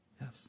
Yes